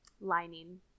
lining